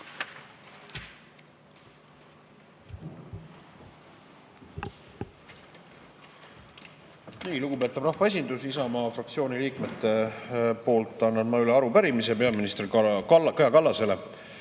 Lugupeetav rahvaesindus! Isamaa fraktsiooni liikmete poolt annan üle arupärimise peaminister Kaja Kallasele.